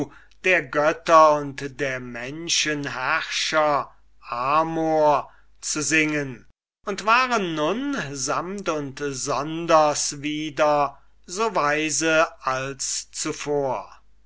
der götter und der menschen herrscher amor zu singen und waren nun samt und sonders wieder so weise als zuvor